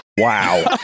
Wow